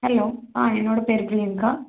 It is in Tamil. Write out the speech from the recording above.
ஹலோ ஆ என்னோடய பேர் ப்ரியங்கா